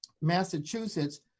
Massachusetts